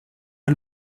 pas